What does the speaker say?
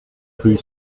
rue